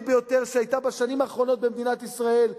ביותר שהיתה בשנים האחרונות במדינת ישראל,